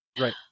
Right